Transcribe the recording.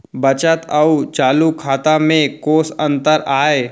बचत अऊ चालू खाता में कोस अंतर आय?